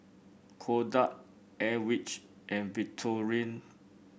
Kodak Airwick and Victorinox